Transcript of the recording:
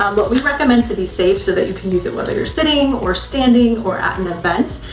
um but we recommend, to be safe, so that you can use it whether you're sitting or standing or at an event,